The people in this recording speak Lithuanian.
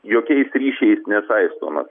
jokiais ryšiais nesaistomas